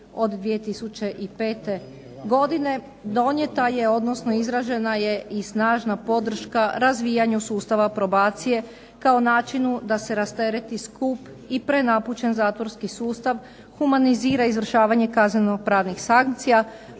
od 2005. godine donijeta je, odnosno izražena je i snažna podrška razvijanju sustava probacije kao načinu da se rastereti skup i prenapučen zatvorski sustav humanizira i izvršavanje kazneno-pravnih sankcija,